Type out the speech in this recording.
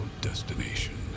destination